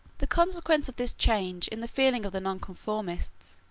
the consequence of this change in the feeling of the nonconformists,